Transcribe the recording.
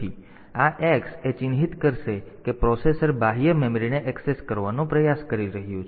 તેથી આ x એ ચિહ્નિત કરશે કે પ્રોસેસર બાહ્ય મેમરીને ઍક્સેસ કરવાનો પ્રયાસ કરી રહ્યું છે